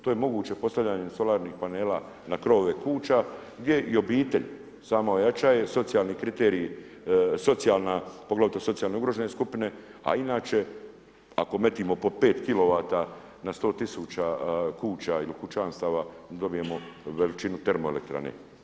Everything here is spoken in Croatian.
To je moguće postavljanje solarnih panela na krovove kuća gdje i obitelj sama ojača jer socijalni kriteriji, poglavito socijalno ugrožene skupine, a inače ako metnemo po 5 kilovata na 100 tisuća kuća ili kućanstava dobijemo veličinu termoelektrane.